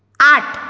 आठ